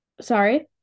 Sorry